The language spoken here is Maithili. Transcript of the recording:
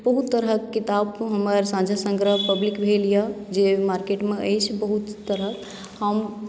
बहुत तरहक किताब हमर साझा सङ्ग्रह पब्लिक भेल यए जे मार्केटमे अछि बहुत तरहक हम